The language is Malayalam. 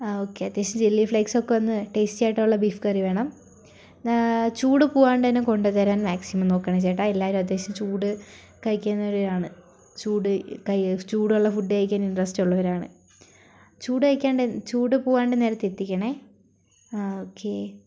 ഒക്കെ അത്യാവശ്യം ചില്ലി ഫ്ളൈക് സ് ഒക്കെ ഒന്ന് ടേസ്റ്റി ആയിട്ടുള്ള ബീഫ് കറിവേണം ചൂട് പോവാണ്ട്തന്നെ കൊണ്ടുതരാൻ മാക്സിമം നോക്കണെ ചേട്ടാ എല്ലാവരും അത്യാവശ്യം ചൂട് കഴിക്കുന്നവരാണ് ചൂട് ചൂടുള്ള ഫുഡ് കഴിക്കാൻ ഇൻട്രസ്റ്റ് ഉള്ളവരാണ് ചൂട് കഴിക്കാണ്ട് ചൂട് പോകാണ്ട് നേരെത്തെ എത്തിക്കണേ ആ ഒക്കെ